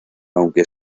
aunque